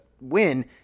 win